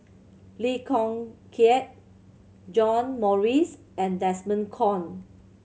Lee Kong Kiat John Morrice and Desmond Kon